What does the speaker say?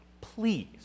please